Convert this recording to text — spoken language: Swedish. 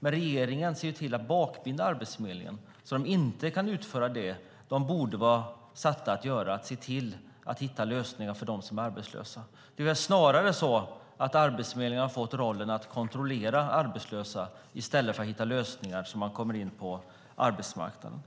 Men regeringen ser till att bakbinda arbetsförmedlingarna så att de inte kan utföra det som de borde vara satta att göra, att se till att hitta lösningar för dem som är arbetslösa. Det är snarare så att Arbetsförmedlingen har fått rollen att kontrollera arbetslösa i stället för att hitta lösningar så att de kommer in på arbetsmarknaden.